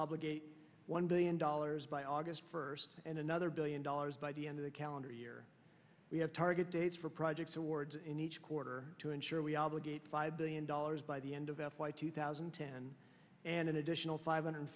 obligate one billion dollars by august first and another billion dollars by the end of the calendar year we have target dates for projects awards in each quarter to ensure we obligate five billion dollars by the end of f y two thousand and ten and an additional five